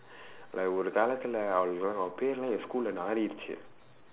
like ஒரு காலத்துல அவ பேருலா என்:oru kaalaththula ava peerulaa en schoolae நாரிடுச்சு:naariduchsu